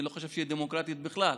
אני לא חושב שהיא דמוקרטית בכלל.